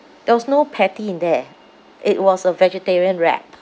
there was no patty in there it was a vegetarian wrap